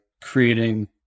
creating